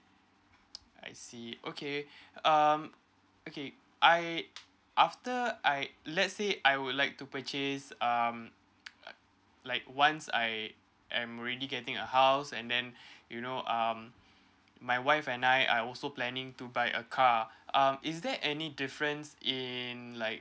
I see okay um okay I after I let's say I would like to purchase um like once I am already getting a house and then you know um my wife and I I also planning to buy a car um is there any difference in like